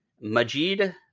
Majid